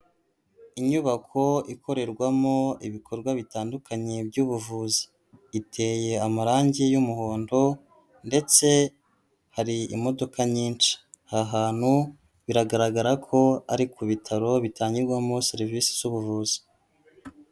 Inyubako ikorerwamo ibikorwa bitandukanye by'ubuvuzi, iteye amarange y'umuhondo ndetse hari imodoka nyinshi, aha hantu biragaragara ko ari ku bitaro bitangirwamo serivisi z'ubuvuzi.